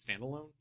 standalone